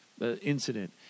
incident